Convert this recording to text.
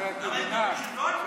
הרי את מבינה, למה,